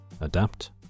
adapt